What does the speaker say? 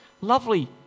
lovely